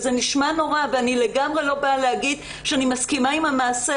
זה נשמע נורא ואני לגמרי לא באה להגיד שאני מסכימה עם המעשה,